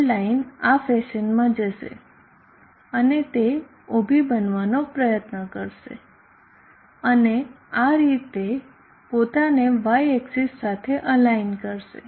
load line આ ફેશનમાં જશે અને તે ઉભી બનવાનો પ્રયત્ન કરશે અને આ રીતે પોતાને y એક્સીસ સાથે અલાઈન કરશે